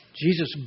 Jesus